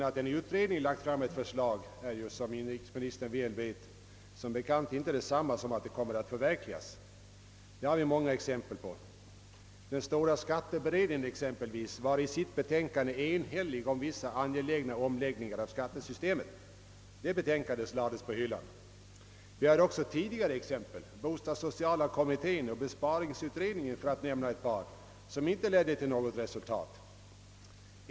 Att en utredning lagt fram ett förslag är emellertid, som inrikesministern väl vet, inte detsamma som att det kommer att förverkligas, Det har vi många exempel på. Den stora skatteberedningen lade exempelvis fram ett enhälligt betänkande om vissa angelägna omläggningar av skattesystemet. Det betänkandet lades på hyllan. Vi har också tidigare exempel: bostadssociala kommittén och besparingsutredningen för att nämna ett par, vilkas förslag inte heller ledde till något resultat.